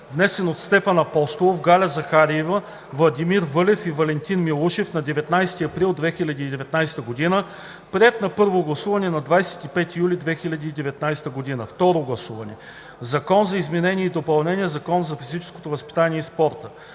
внесен от Стефан Апостолов, Галя Захариева, Владимир Вълев и Валентин Милушев на 19 април 2019 г., приет на първо гласуване на 25 юли 2019 г. „Закон за изменение и допълнение на Закона за физическото възпитание и спорта“.“